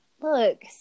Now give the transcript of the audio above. look